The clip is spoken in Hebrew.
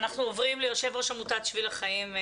אנחנו עוברים ליו"ר עמותת בשביל החיים.